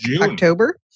October